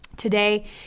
Today